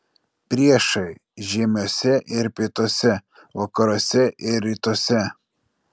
priešai žiemiuose ir pietuose vakaruose ir rytuose